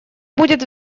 будет